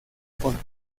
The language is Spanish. fondo